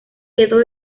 quedó